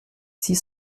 six